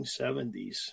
1970s